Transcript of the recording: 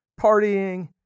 partying